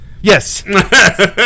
Yes